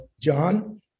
John